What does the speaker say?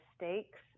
mistakes